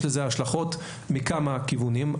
יש לזה השלכות מכמה כיוונים.